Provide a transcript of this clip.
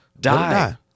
Die